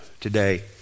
today